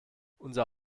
unser